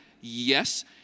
yes